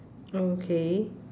okay